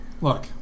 Look